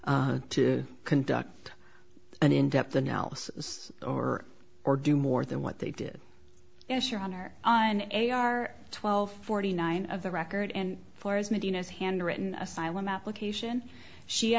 y to conduct an in depth analysis or or do more than what they did yes your honor on a r twelve forty nine of the record and for as medina's handwritten asylum application she